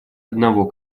одного